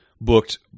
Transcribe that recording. booked